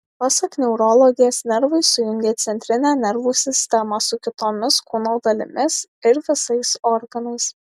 pasak neurologės nervai sujungia centrinę nervų sistemą su kitomis kūno dalimis ir visais organais